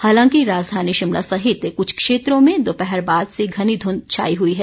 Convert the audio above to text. हालांकि राजधानी शिमला सहित कुछ क्षेत्रों में दोपहर बाद से घनी धुंध छाई हुई है